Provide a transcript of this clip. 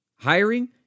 Hiring